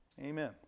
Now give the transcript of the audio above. Amen